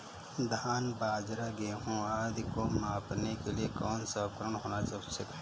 धान बाजरा गेहूँ आदि को मापने के लिए कौन सा उपकरण होना आवश्यक है?